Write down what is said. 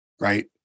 right